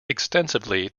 extensively